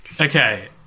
okay